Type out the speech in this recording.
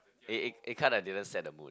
it it it kinda didn't set the mood